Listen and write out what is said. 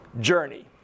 journey